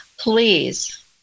Please